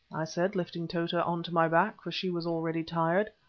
i said, lifting tota on to my back, for she was already tired.